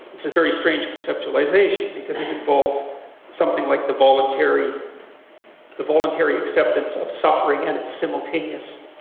it's a very strange conceptualization because it involves something like the voluntary the voluntary acceptance of suffering and its simultaneous